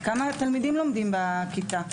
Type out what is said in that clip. כמה תלמידים לומדים בכיתה.